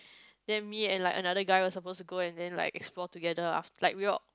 then me and like another guy was suppose to go and then like explore together aft~ like we were